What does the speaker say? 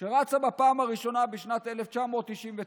כשרצה בפעם הראשונה בשנת 1999,